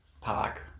park